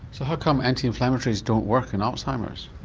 so how come anti-inflammatories don't work in alzheimer's?